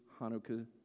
Hanukkah